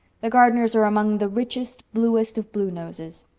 the gardners are among the richest, bluest, of bluenoses.